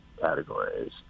categories